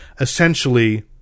essentially –